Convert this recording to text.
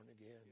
again